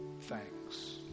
thanks